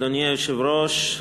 אדוני היושב-ראש,